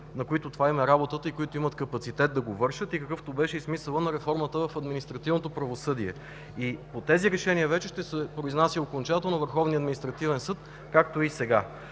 на които това им е работата и които имат капацитет да го вършат, какъвто беше и смисълът на реформата в административното правосъдие. По тези решения вече ще се произнася окончателно Върховният административен съд, както и сега.